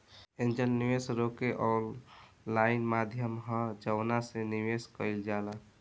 angel निवेशक एगो online माध्यम ह जवना से निवेश कईल जाला